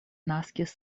naskis